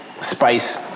spice